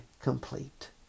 complete